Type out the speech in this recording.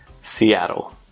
Seattle